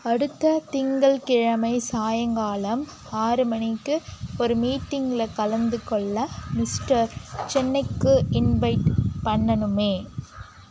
அடுத்த திங்கள்கிழமை சாயங்காலம் ஆறு மணிக்கு ஒரு மீட்டிங்கில் கலந்துகொள்ள மிஸ்டர் சென்னைக்கு இன்வைட் பண்ணணுமே